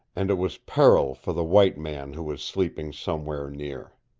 and it was peril for the white man who was sleeping somewhere near.